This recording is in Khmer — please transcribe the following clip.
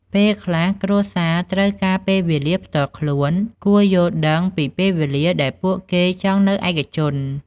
ពេលខ្លះគ្រួសារត្រូវការពេលវេលាផ្ទាល់ខ្លួន គួរយល់ដឹងពីពេលវេលាដែលពួកគេចង់នៅឯកជន។